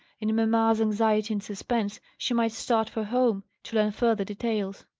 in mamma's anxiety and suspense, she might start for home, to learn further details.